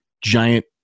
giant